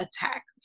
Attack